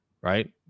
Right